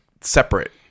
separate